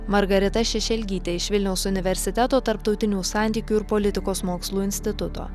margarita šešelgytė iš vilniaus universiteto tarptautinių santykių ir politikos mokslų instituto